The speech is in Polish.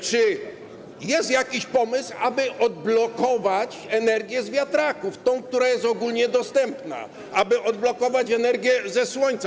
Czy jest jakiś pomysł, aby odblokować energię z wiatraków, tę, która jest ogólnie dostępna, i aby odblokować energię ze słońca?